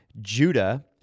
Judah